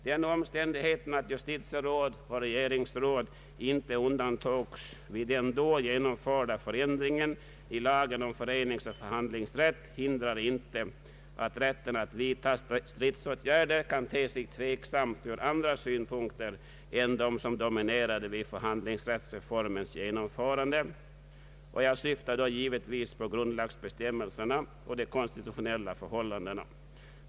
Den omständigheten att justitieråd och regeringsråd inte undantogs vid den då genomförda ändringen i lagen om föreningsoch förhandlingsrätt hindrar inte att rätten att vidta stridsåtgärder kan te sig tveksam ur andra synpunkter än de som dominerade vid förhandlingsrättsreformens genomförande. Jag syftar då givetvis på grundlagsbe stämmelserna och de konstitutionella förhållandena.